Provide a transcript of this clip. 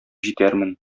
җитәрмен